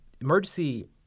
emergency